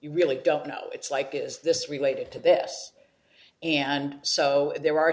you really don't know it's like is this related to this and so there are